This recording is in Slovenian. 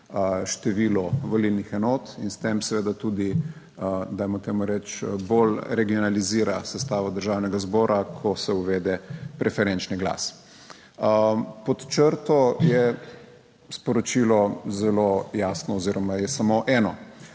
število volilnih enot in s tem seveda tudi, dajmo temu reči, bolj regionalizira sestavo Državnega zbora, ko se uvede preferenčni glas. Pod črto je sporočilo zelo jasno oziroma je samo eno: